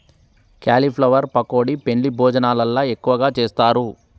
cauliflower pakodi పెండ్లి భోజనాలల్ల ఎక్కువగా చేస్తారు